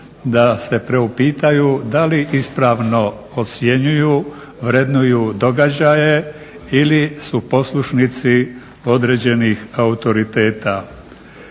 da se priupitaju da li ispravno ocjenjuju, vrednuju događaje ili su poslušnici određenih autoriteta.